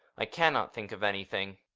i cannot think of anything!